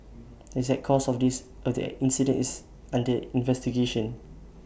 the exact cause of this incidence under investigation